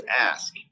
ask